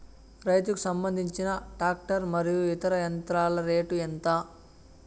రైతుకు సంబంధించిన టాక్టర్ మరియు ఇతర యంత్రాల రేటు ఎంత?